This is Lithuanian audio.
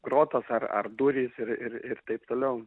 grotos ar ar durys ir ir ir taip toliau